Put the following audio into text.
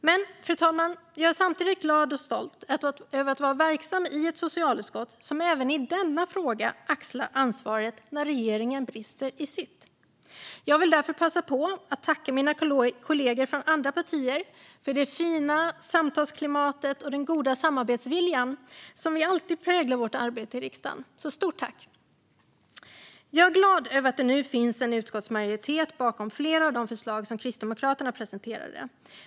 Men, fru talman, jag är samtidigt glad och stolt över att vara verksam i ett socialutskott som även i denna fråga axlar ansvaret när regeringen brister i sitt. Jag vill därför passa på att tacka mina kollegor från andra partier för det fina samtalsklimat och den goda samarbetsvilja som alltid präglar vårt arbete i riksdagen - stort tack! Jag är glad över att det nu finns en utskottsmajoritet bakom flera av de förslag som Kristdemokraterna presenterade.